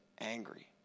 angry